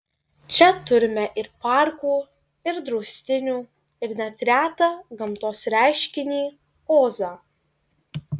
čia turime ir parkų ir draustinių ir net retą gamtos reiškinį ozą